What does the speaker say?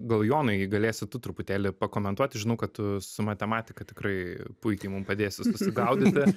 gal jonai galėsi tu truputėlį pakomentuoti žinau kad tu su matematika tikrai puikiai mum padėsi susigaudyti